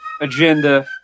agenda